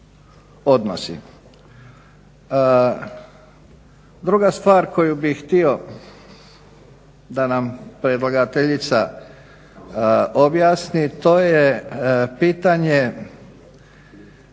odnosi. Druga stvar koju bih htio da nam predlagateljica objasni, to je pitanje